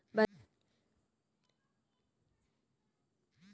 बंधक ऋण में लागत का भुगतान और ऋण कैसे चुकाया जाता है, इसमें भिन्नताएं होती हैं